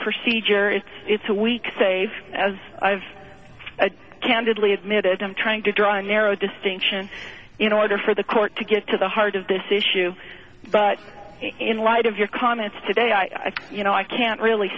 procedure if it's a weekday as i've candidly admitted i'm trying to draw a narrow distinction in order for the court to get to the heart of this issue but in light of your comments today i you know i can't really